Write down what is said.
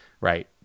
Right